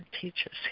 teaches